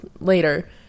later